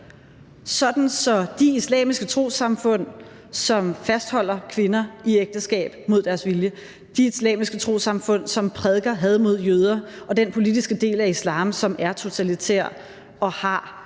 sådan så de islamiske trossamfund, som fastholder kvinder i ægteskab mod deres vilje, de islamiske trossamfund, som prædiker had mod jøder, og den politiske del af islam, som er totalitær og har